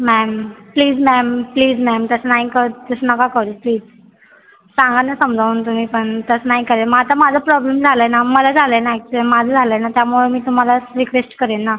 ma'am please ma'am please ma'am तसं नाही कर तसं नका करू प्लीज सांगा ना समजावून तुम्ही पण तसं नाही करे मग आता माझा प्रॉब्लेम झाला आहे ना मला झालं आहे ना ॲक्सिडंट माझं झालं आहे ना त्यामुळं मी तुम्हाला रिक्वेस्ट करेन ना